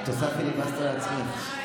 את עושה פיליבסטר לעצמך.